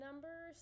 Number